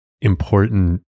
important